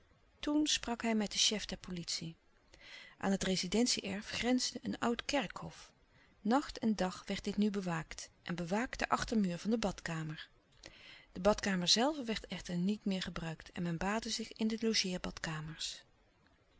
toen sprak hij met den chef der politie aan het rezidentie erf grensde een oud kerkhof nacht en dag werd dit nu bewaakt en bewaakt de achtermuur van de badkamer de badkamer zelve werd echter niet meer gebruikt en men baadde zich in de